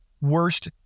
worst